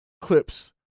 clips